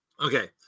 Okay